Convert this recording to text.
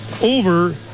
over